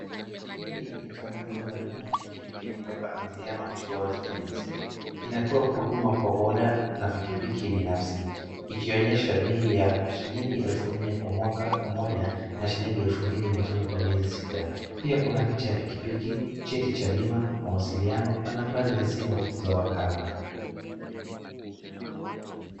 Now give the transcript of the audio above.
Hili ni tangazo la bima ya pikipiki kutoka Anziano Insurance Agency. Linatoa huduma kwa boda na pikipiki binafsi ikionyesha bei ya shillingi elfu nne kwa mwaka mmoja na shillingi elfu mbili mia tano kwa miezi sita. Pia kuna picha ya pikipiki, cheti cha bima, mawasiliano na nambari za simu za wakala.